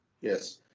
Yes